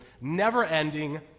never-ending